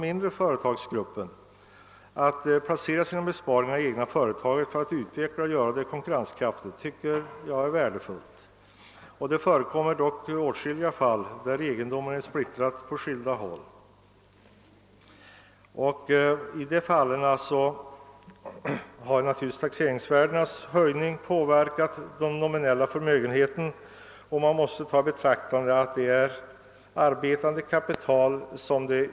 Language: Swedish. Dessa företagare placerar sina besparingar i företagen för att utveckla dem och göra dem konkurrenskraftiga. Taxeringsvärdenas höjning har också påverkat de nominella förmögenheterna. Man måste även ta i betraktande att den del av kapitalet som ligger i företaget är arbetande kapital.